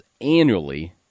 annually